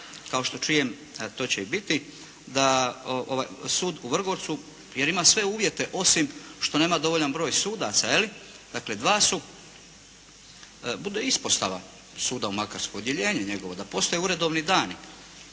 kao što čujem to će i biti, da sud u Vrgorcu, jer ima sve uvjete osim što nema dovoljan broj sudaca jel', dakle dva su, bude ispostava suda u Makarskoj, odjeljenje njegovo, da postoje uredovni dani